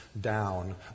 down